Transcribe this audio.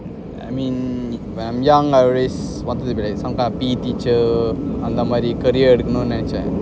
I mean when I'm young I always wanted to be like some kind of P_E teacher அந்த மாதிரி:antha mathiri my career எடுக்கனும்டு நெனச்சேன்:edukanumdu nenachen